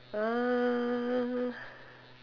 uh